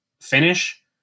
finish